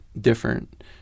different